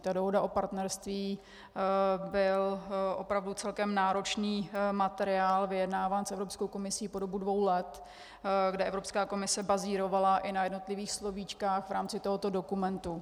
Ta Dohoda o partnerství byl opravdu celkem náročný materiál, vyjednávaný s Evropskou komisí po dobu dvou let, kde Evropská komise bazírovala i na jednotlivých slovíčkách v rámci tohoto dokumentu.